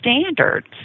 standards